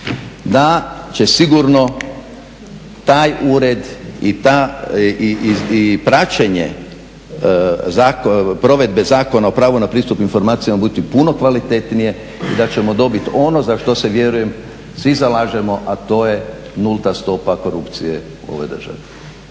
da će sigurno taj ured i praćenje provedbe Zakona o pravu na pristup informacijama biti puno kvalitetnije i da ćemo dobiti ono za što se vjerujem svi zalažemo, a to je nulta stopa korupcije u ovoj državi.